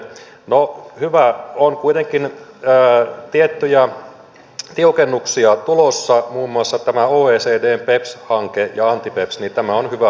no hyvää on kuitenkin että tiettyjä tiukennuksia on tulossa muun muassa oecdn beps hanke ja anti beps tämä on hyvä hanke